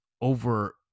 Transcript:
over